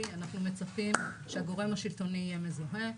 אנחנו מצפים שהגורם השלטוני יהיה מזוהה.